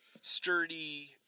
sturdy